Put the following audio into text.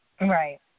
Right